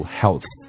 health